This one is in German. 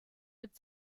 mit